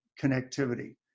connectivity